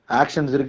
actions